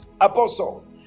Apostle